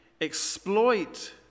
exploit